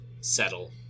settle